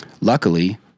luckily